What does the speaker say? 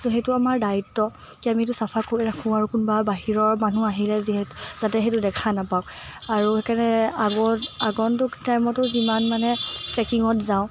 ছ' সেইটো আমাৰ দায়িত্ব কি আমি সেইটো চাফা কৰি ৰাখোঁ আৰু কোনোবা বাহিৰৰ মানুহ আহিলে যিহেতু যাতে সেইটো দেখা নাপাওক আৰু সেইকাৰণে আগন্তুক টাইমতো যিমান মানে ট্ৰেকিঙত যাওঁ